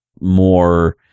more